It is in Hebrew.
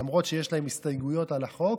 למרות שיש להם הסתייגויות לחוק.